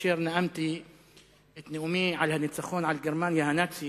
כאשר נאמתי את נאומי על הניצחון על גרמניה הנאצית,